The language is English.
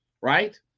right